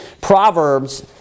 Proverbs